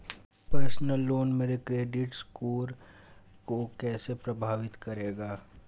Personal loan मेरे credit score को कैसे प्रभावित करेगा?